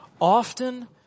Often